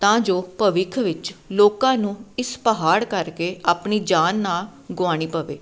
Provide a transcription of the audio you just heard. ਤਾਂ ਜੋ ਭਵਿੱਖ ਵਿੱਚ ਲੋਕਾਂ ਨੂੰ ਇਸ ਪਹਾੜ ਕਰਕੇ ਆਪਣੀ ਜਾਨ ਨਾ ਗੁਆਉਣੀ ਪਵੇ